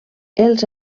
els